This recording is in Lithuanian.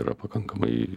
yra pakankamai